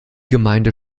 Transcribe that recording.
gemeinde